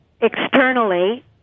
externally